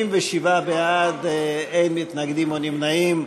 87 בעד, אין מתנגדים או נמנעים.